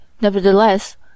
Nevertheless